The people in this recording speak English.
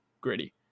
gritty